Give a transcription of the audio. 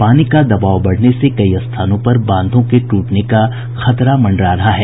पानी का दबाव बढ़ने से कई स्थानों पर बांधों के टूटने का खतरा मंडरा रहा है